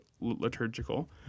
liturgical